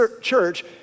church